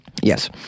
yes